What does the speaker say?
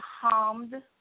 harmed